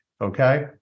okay